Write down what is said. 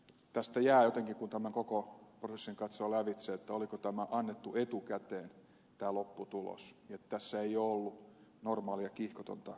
tästä jää jotenkin kysymys kun tämän koko prosessin katsoo lävitse että oliko tämä lopputulos annettu etukäteen että tässä ei ole ollut normaalia kiihkotonta harkintaa